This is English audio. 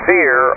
Fear